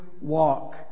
walk